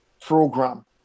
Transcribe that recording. program